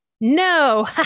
no